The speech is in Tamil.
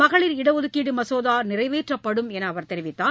மகளிர் இடஒதுக்கீடு மசோதா நிறைவேற்றப்படும் என்றும் அவர் தெரிவித்தார்